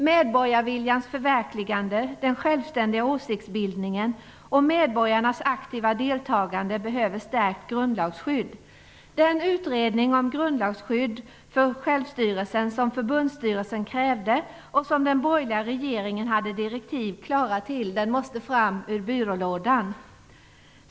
Medborgarviljans förverkligande, den självständiga åsiktsbildningen och medborgarnas aktiva deltagande behöver stärkt grundlagsskydd. Den utredning om grundlagsskydd för självstyrelsen som förbundsstyrelsen krävde och som den borgerliga regeringen hade direktiv klara till, måste fram ur byrålådan.